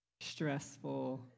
Stressful